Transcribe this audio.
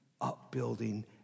upbuilding